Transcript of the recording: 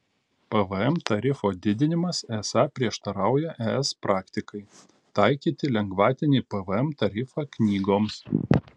pvm tarifo didinimas esą prieštarauja es praktikai taikyti lengvatinį pvm tarifą knygoms